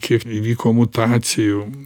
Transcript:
kiek įvyko mutacijų